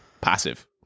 Passive